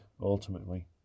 ultimately